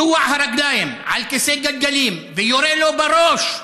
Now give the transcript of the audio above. קטוע הרגליים, על כיסא גלגלים, ויורה לו בראש,